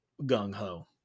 gung-ho